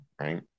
right